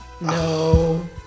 No